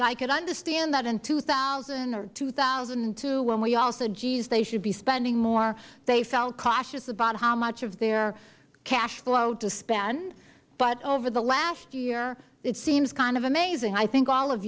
i could understand that in two thousand or two thousand and two when we all said geez they should be spending more they felt cautious about how much of their cash flow to spend over the last year it seems kind of amazing i think all of